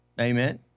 Amen